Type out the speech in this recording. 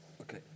Okay